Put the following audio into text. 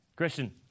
Christian